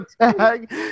tag